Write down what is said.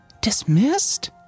dismissed